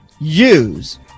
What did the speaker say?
use